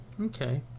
Okay